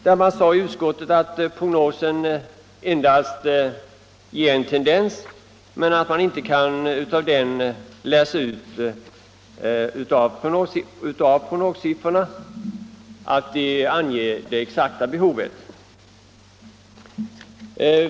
Utskottet anförde att en prognos endast kan klarlägga en tendens och att man därför inte kan förvänta sig att prognossiffrorna ger uppgift om det exakta behovet.